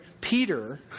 Peter